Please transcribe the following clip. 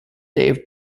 dave